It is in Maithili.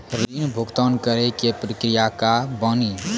ऋण भुगतान करे के प्रक्रिया का बानी?